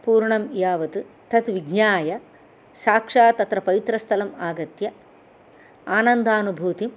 पूर्णं यावत् तत् विज्ञाय साक्षात् अत्र पवित्रस्थलम् आगत्य आनन्दानुभूतिं